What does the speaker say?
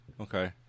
Okay